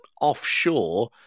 offshore